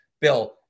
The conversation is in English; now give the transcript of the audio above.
Bill